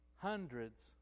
hundreds